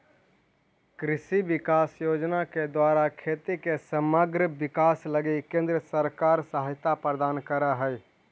कृषि विकास योजना के द्वारा खेती के समग्र विकास लगी केंद्र सरकार सहायता प्रदान करऽ हई